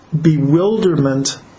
bewilderment